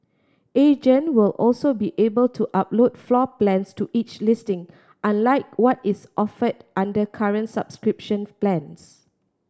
agent will also be able to upload floor plans to each listing unlike what is offered under current subscription plans